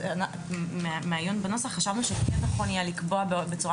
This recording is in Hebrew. מהעיון בנוסח חשבנו שנכון לקבוע בצורה